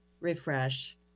refresh